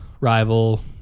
rival